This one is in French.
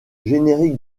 générique